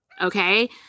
Okay